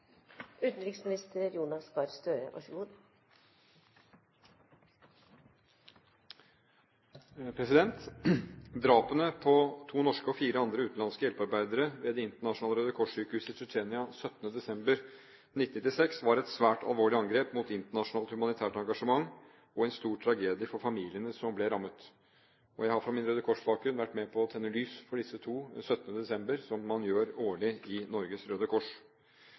Drapene på to norske og fire andre utenlandske hjelpearbeidere ved Det internasjonale Røde Kors-sykehuset i Tsjetsjenia 17. desember 1996 var et svært alvorlig angrep mot internasjonalt humanitært engasjement og en stor tragedie for familiene som ble rammet. Jeg har fra min Røde Kors-bakgrunn vært med på å tenne lys for disse to 17. desember. Det gjør man årlig i Norges Røde Kors.